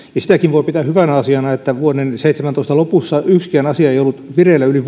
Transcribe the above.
sitäkin voi pitää hyvänä asiana että vuoden seitsemäntoista lopussa yksikään asia ei ollut ollut vireillä yli